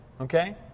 Okay